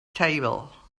table